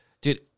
dude